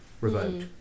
revoked